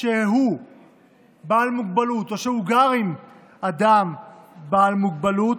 שהוא בעל מוגבלות או שהוא גר עם אדם בעל מוגבלות,